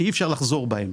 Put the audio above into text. שאי אפשר לחזור בהן.